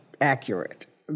accurate